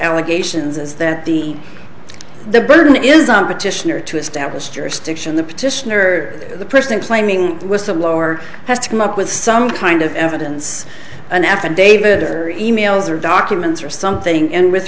allegations is that the the burden is on petitioner to establish jurisdiction the petitioner the person claiming whistleblower has to come up with some kind of evidence an affidavit or e mails or documents or something and with